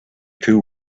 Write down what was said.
two